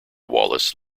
wallace